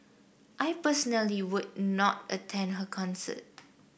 I personally would not attend her concert